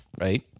right